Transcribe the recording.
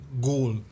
goal